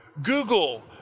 Google